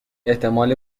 احتمالی